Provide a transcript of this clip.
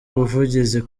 ubuvugizi